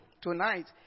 tonight